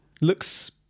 looks